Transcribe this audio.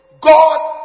god